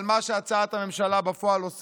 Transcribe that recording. אבל מה שהצעת הממשלה עושה בפועל,